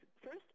first